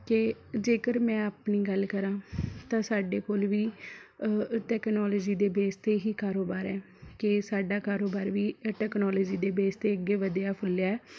ਜੇਕਰ ਮੈਂ ਆਪਣੀ ਗੱਲ ਕਰਾਂ ਤਾਂ ਸਾਡੇ ਕੋਲ ਵੀ ਟੈਕਨੋਲਜੀ ਦੇ ਬੇਸ 'ਤੇ ਹੀ ਕਾਰੋਬਾਰ ਹੈ ਕਿ ਸਾਡਾ ਕਾਰੋਬਾਰ ਵੀ ਟੈਕਨੋਲਜੀ ਦੇ ਬੇਸ 'ਤੇ ਅੱਗੇ ਵਧਿਆ ਫੁੱਲਿਆ